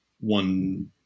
one